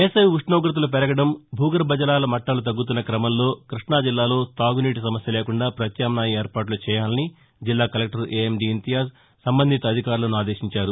వేసవి ఉష్ణోగతలు పెరగడం భూగర్బ జలాల మట్టాలు తగ్గుతున్న క్రమంలో క్బష్ణా జిల్లాలో తాగునీటి సమస్య లేకుండా పత్యామ్నాయ ఏర్పాట్లు చేయాలని జిల్లా collector A M D Imtiaz సంబంధిత అధికారులను ఆదేశించారు